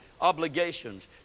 obligations